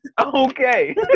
Okay